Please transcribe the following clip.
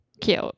Cute